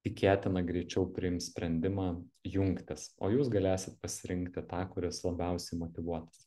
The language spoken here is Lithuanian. tikėtina greičiau priims sprendimą jungtis o jūs galėsit pasirinkti tą kuris labiausiai motyvuotas